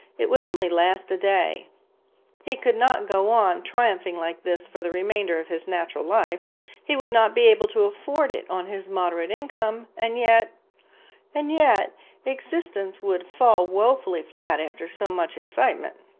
it would only last a day he could not go on triumphing like this for the remainder of his natural life he would not be able to afford it on his moderate income and yet and yet existence would fall woefully flat after so much excitement.